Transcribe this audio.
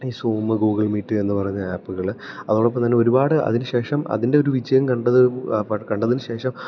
ഈ Zoom Google meet എന്നു പറയുന്ന ആപ്പുകള് അതോടൊപ്പം തന്നെ ഒരുപാട് അതിനു ശേഷം അതിൻ്റെ ഒരു വിജയം കണ്ടതിനു ശേഷം